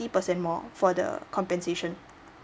percent more for the compensation